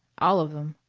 all of them.